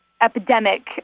epidemic